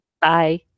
Bye